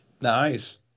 Nice